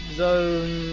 zone